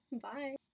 Bye